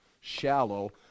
shallow